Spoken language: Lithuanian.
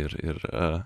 ir ir